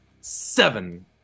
seven